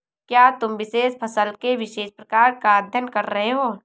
क्या तुम विशेष फसल के विशेष प्रकार का अध्ययन कर रहे हो?